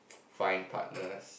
find partners